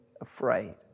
afraid